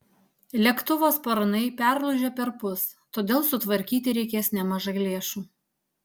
lėktuvo sparnai perlūžę perpus todėl sutvarkyti reikės nemažai lėšų